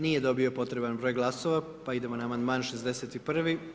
Nije dobio potreban broj glasova pa idemo na amandman 61.